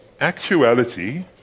Actuality